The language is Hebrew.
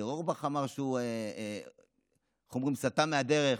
ניר אורבך אמר שהוא סטה מהדרך,